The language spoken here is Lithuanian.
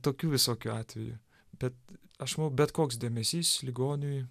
tokių visokių atvejų bet aš manau bet koks dėmesys ligoniui